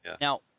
Now